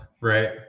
right